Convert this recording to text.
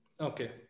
Okay